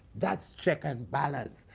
that's check and balance.